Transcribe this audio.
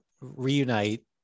reunite